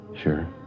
Sure